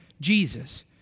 Jesus